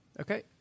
Okay